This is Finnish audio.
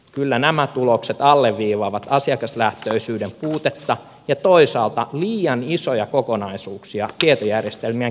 kyllä nämä tulokset alleviivaavat asiakaslähtöisyyden puutetta ja toisaalta liian isoja kokonaisuuksia tietojärjestelmien kehityksessä